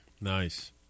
Nice